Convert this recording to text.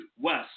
west